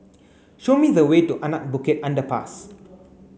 show me the way to Anak Bukit Underpass